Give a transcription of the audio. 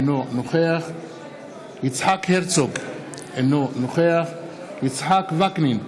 אינו נוכח יצחק הרצוג, אינו נוכח יצחק וקנין,